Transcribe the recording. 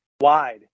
wide